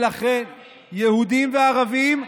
יהודים וערבים.